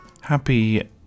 Happy